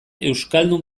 euskaldun